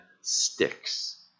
sticks